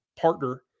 partner